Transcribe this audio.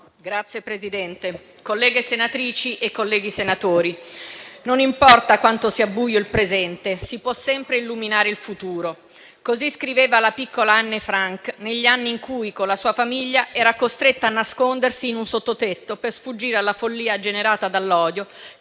Signor Presidente, colleghe senatrici e colleghi senatori, non importa quanto sia buio il presente, si può sempre illuminare il futuro. Così scriveva la piccola Anne Frank negli anni in cui, con la sua famiglia, era costretta a nascondersi in un sottotetto, per sfuggire alla follia generata dall'odio